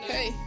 Hey